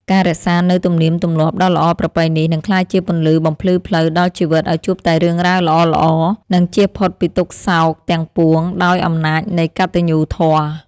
ការរក្សានូវទំនៀមទម្លាប់ដ៏ល្អប្រពៃនេះនឹងក្លាយជាពន្លឺបំភ្លឺផ្លូវដល់ជីវិតឱ្យជួបតែរឿងរ៉ាវល្អៗ និង ជៀសផុតពីទុក្ខសោកទាំងពួងដោយអំណាចនៃកតញ្ញូធម៌។